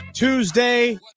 Tuesday